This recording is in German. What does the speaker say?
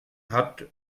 hat